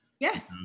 Yes